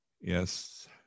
Yes